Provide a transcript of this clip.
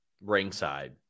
ringside